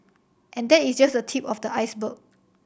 and that is just the tip of the iceberg